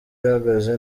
ihagaze